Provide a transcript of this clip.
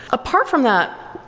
apart from that,